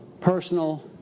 personal